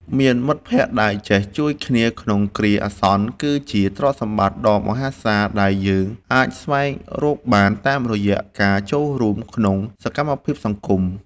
មានមិត្តភក្តិដែលចេះជួយគ្នាក្នុងគ្រាអាសន្នគឺជាទ្រព្យសម្បត្តិដ៏មហាសាលដែលយើងអាចស្វែងរកបានតាមរយៈការចូលរួមក្នុងសកម្មភាពសង្គម។